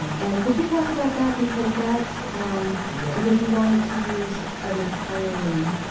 and could you talk about that? because that's yeah. because he wanted to use an entirely.